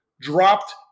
dropped